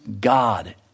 God